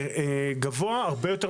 עובד.